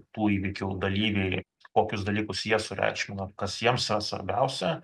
tų įvykių dalyviai kokius dalykus jie sureikšmina kas jiems yra svarbiausia